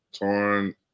torn